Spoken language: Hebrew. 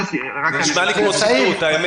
זה נשמע כמו ציטוט, האמת.